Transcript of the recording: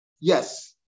yes